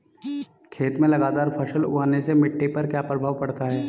खेत में लगातार फसल उगाने से मिट्टी पर क्या प्रभाव पड़ता है?